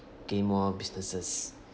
gain more businesses